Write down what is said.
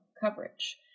coverage